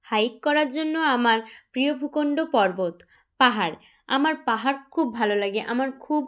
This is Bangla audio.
হাইক করার জন্য আমার প্রিয় ভূখণ্ড পর্বত পাহাড় আমার পাহাড় খুব ভালো লাগে আমার খুব